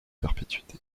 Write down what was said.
perpétuité